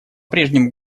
прежнему